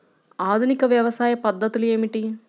ఆధునిక వ్యవసాయ పద్ధతులు ఏమిటి?